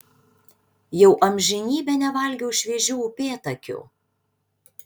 jau amžinybę nevalgiau šviežių upėtakių